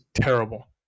terrible